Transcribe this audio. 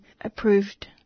approved